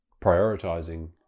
prioritizing